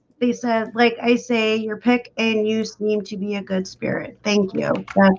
they said like i say your pic and you seem to be a good spirit. thank you.